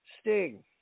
Sting